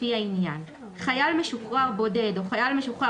לפי העניין: (א) חייל משוחרר בודד או חייל משוחרר